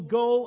go